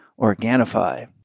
Organifi